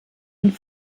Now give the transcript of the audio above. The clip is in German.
und